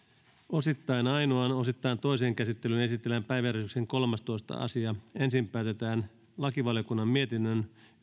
osittain ainoaan osittain toiseen käsittelyyn esitellään päiväjärjestyksen kolmastoista asia ensin päätetään lakivaliokunnan mietinnön